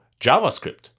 JavaScript